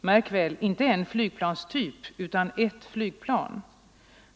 Märk väl: inte en flygplanstyp utan ett flygplan.